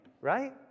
right